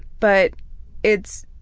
but it's